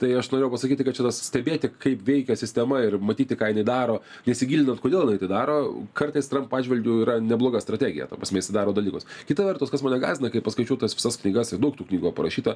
tai aš norėjau pasakyti kad šitas stebėti kaip veikia sistema ir matyti ką jinai daro nesigilinant kodėl jinai tą daro kartais trampo atžvilgiu yra nebloga strategija ta prasme jisai daro dalykus kita vertus kas mane gąsdina kai paskaičiau tas visas knygas ir daug tų knygų parašyta